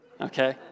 okay